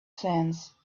sands